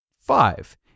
Five